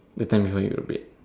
the time before you pray